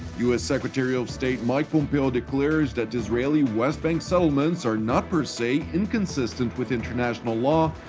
u s. secretary of state mike pompeo declared that israeli west bank settlements are not per se inconsistent with international law,